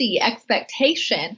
expectation